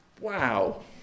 Wow